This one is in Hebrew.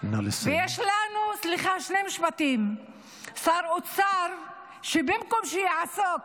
יש לנו שר אוצר, שבמקום שיעסוק